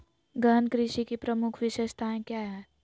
गहन कृषि की प्रमुख विशेषताएं क्या है?